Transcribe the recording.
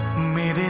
made